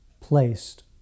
placed